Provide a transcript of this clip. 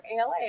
ALA